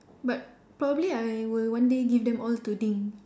but probably one day I will give them all to Ding